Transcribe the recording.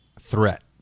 threat